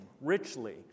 richly